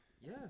Yes